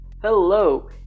Hello